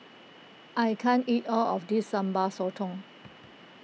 I can't eat all of this Sambal Sotong